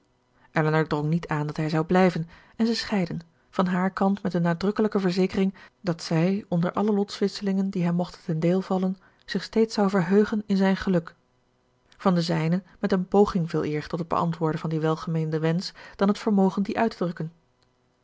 elinor drong niet aan dat hij zou blijven en zij scheidden van hààr kant met de nadrukkelijke verzekering dat zij onder alle lotswisselingen die hem mochten ten deel vallen zich steeds zou verheugen in zijn geluk van den zijnen met een poging veeleer tot het beantwoorden van dien welgemeenden wensch dan het vermogen dien